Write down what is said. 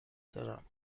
دارم